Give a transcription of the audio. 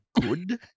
good